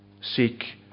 seek